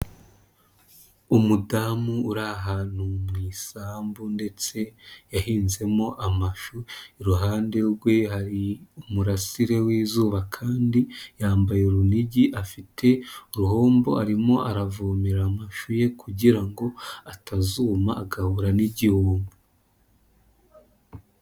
Umudamu uri ahantu mu isambu ndetse yahinzemo amashu iruhande rwe hari umurasire w'izuba kandi yambaye urunigi afite uruhombo arimo aravomera amashu ye kugira ngo atazuma agahura n'igihombo.